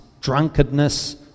drunkenness